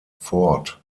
ford